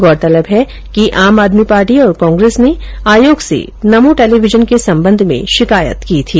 गौरतलब है कि आम आदमी पार्टी और कांग्रेस ने आयोग से नमो टेलीविजन के संबंध में शिकायत की थी